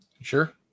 Sure